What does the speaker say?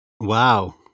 Wow